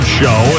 show